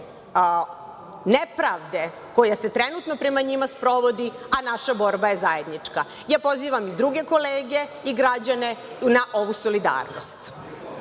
nepravde koja se trenutno prema njima sprovodi, a naša borba je zajednička. Ja pozivam i druge kolege i građane na ovu solidarnost. Još